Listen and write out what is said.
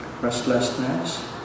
Restlessness